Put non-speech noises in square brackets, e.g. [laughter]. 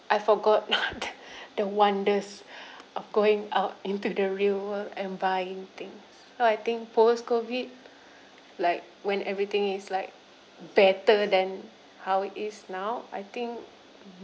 I forgot [laughs] the the wonders [breath] of going out into the real world and buying things so I think post COVID like when everything is like better than how it is now I think